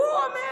הוא אומר